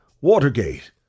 Watergate